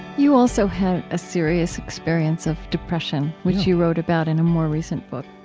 you also had a serious experience of depression, which you wrote about in a more recent book,